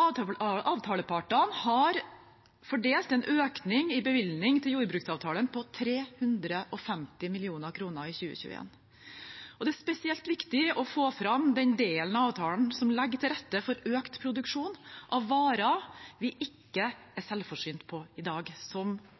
Avtalepartene har fordelt en økning i bevilgning til jordbruksavtalen på 350 mill. kr i 2021, og det er spesielt viktig å få fram den delen av avtalen som legger til rette for økt produksjon av varer vi ikke er selvforsynt med i dag, som